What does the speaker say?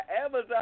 Amazon